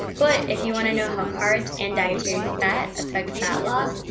but if you wanna know how carbs and dietary fat affect fat loss,